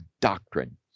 doctrine